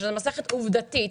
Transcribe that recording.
שזה מסכת עובדתית.